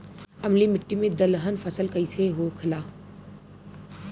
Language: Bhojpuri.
अम्लीय मिट्टी मे दलहन फसल कइसन होखेला?